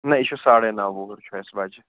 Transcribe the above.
نہَ یہِ چھُ ساڑے نَو وُہُر چھُ اَسہِ بَچہٕ